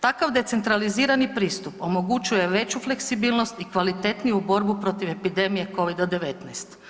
Takav decentralizirani pristup omogućuje veću fleksibilnost i kvalitetniju borbu protiv epidemije COVID-19.